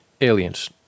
aliens